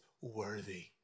worthy